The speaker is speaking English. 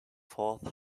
fourth